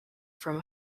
from